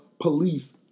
Police